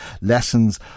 lessons